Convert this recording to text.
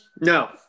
No